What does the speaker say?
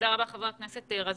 חבר הכנסת רזבוזוב.